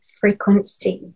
frequency